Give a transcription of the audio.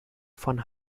von